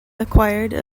acquired